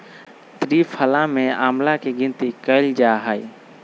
त्रिफला में आंवला के गिनती कइल जाहई